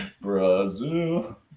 Brazil